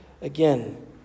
again